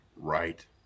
right